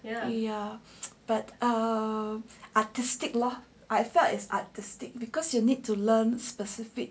ya ya but uh artistic lah I felt like artistic because you need to learn specific